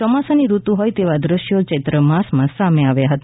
ચોમાસાની ઋતુ હોય તેવા દ્રશ્યો ચૈત્ર માસમાં સામે આવ્યા હતા